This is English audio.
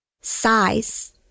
Size